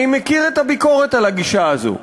אני מכיר את הביקורת על הגישה הזו.